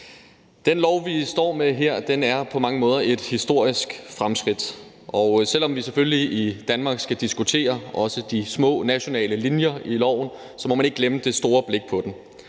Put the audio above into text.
Det lovforslag, vi står med her, er på mange måder et historisk fremskridt, og selv om vi i Danmark selvfølgelig skal diskutere også de små nationale linjer i loven, må man ikke glemme det store blik på den.